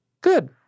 good